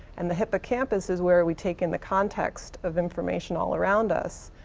and the hippocampus is where we take in the context of information all around us.